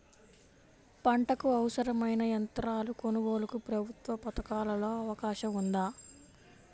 పంటకు అవసరమైన యంత్రాల కొనగోలుకు ప్రభుత్వ పథకాలలో అవకాశం ఉందా?